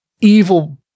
evil